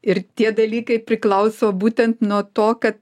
ir tie dalykai priklauso būtent nuo to kad